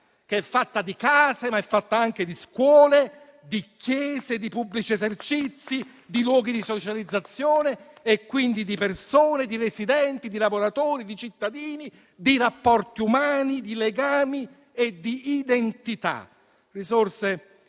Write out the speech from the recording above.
che è fatta di case, ma è fatta anche di scuole, di chiese, di pubblici esercizi, di luoghi di socializzazione e quindi di persone, di residenti, di lavoratori, di cittadini, di rapporti umani, di legami e di identità, risorse